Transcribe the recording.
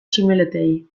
tximeletei